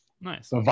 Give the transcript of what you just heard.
nice